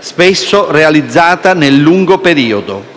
spesso realizzata nel lungo periodo.